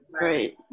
right